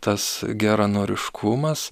tas geranoriškumas